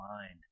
mind